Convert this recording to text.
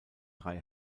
drei